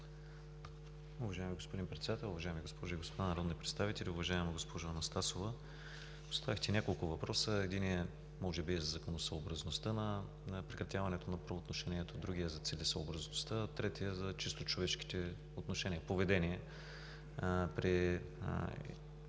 Уважаеми господин Председател, уважаеми дами и господа народни представители! Уважаема госпожо Анастасова, поставихте няколко въпроса, единият може би е за законосъобразността на прекратяването на правоотношението, другият – за целесъобразността, третият – за чисто човешките отношения,